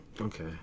Okay